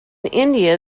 india